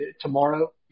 tomorrow